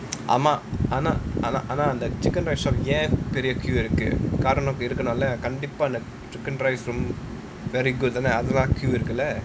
ஆமா ஆனா அதான் அந்த:aamaa aanaa athan antha the chicken rice ஏன் பெரிய:yaen periya queue இருக்கு காரணம் இருக்கணும்ல கண்டிப்பா:iruku kaaranam irukkanumla kandippaa chicken rice mm very good தான அதான்:thana athaan queue இருக்குள்ள:irukulla